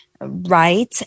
right